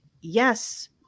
yes